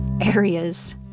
areas